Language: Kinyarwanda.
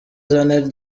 janet